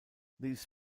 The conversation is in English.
these